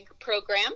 program